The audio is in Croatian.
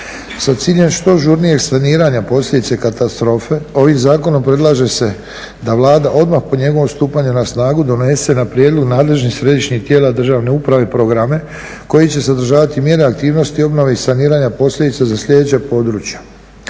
Sa ciljem što žurnijeg saniranja posljedice katastrofe ovim zakonom predlaže se da Vlada odmah po njegovom stupanju na snagu donose na prijedlog nadležnih središnjih tijela državne uprave programe koji će sadržavati mjere aktivnosti obnove i saniranja posljedica za sljedeće područje,